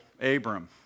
Abram